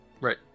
Right